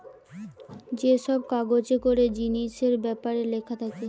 যে সব কাগজে করে জিনিসের বেপারে লিখা থাকে